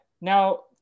now